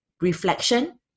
reflection